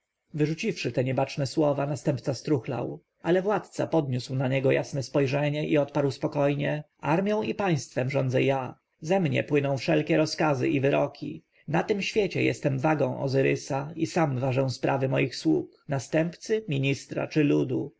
całą armją wyrzuciwszy te niebaczne słowa następca struchlał ale władca podniósł na niego jasne spojrzenie i odparł spokojnie armją i państwem rządzę ja ze mnie płyną wszelkie rozkazy i wyroki na tym świecie jestem wagą ozyrysa i sam ważę sprawy moich sług następcy ministra czy ludu